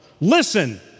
Listen